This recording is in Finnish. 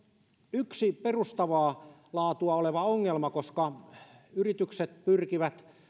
yksi perustavaa laatua oleva ongelma koska yritykset pyrkivät